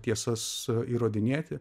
tiesas įrodinėti